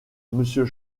monsieur